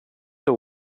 the